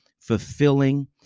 fulfilling